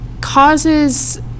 causes